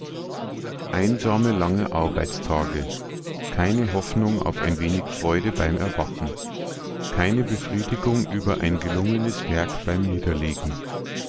einsame lange arbeitstage keine hoffnung auf ein wenig freude beim erwachen keine befriedigung über ein gelungenes werk beim niederlegen